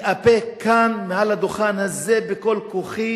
אני מתאפק כאן מעל הדוכן הזה בכל כוחי